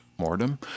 Mortem